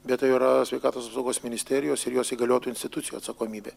bet tai yra sveikatos apsaugos ministerijos ir jos įgaliotų institucijų atsakomybė